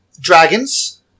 Dragons